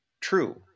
true